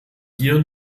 hier